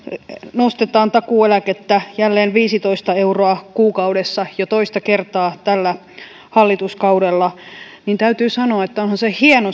nostetaan takuueläkettä jälleen viisitoista euroa kuukaudessa jo toista kertaa tällä hallituskaudella ja täytyy sanoa että onhan se hieno